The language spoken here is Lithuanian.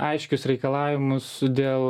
aiškius reikalavimus dėl